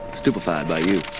stupefied by you.